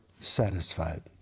satisfied